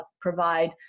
provide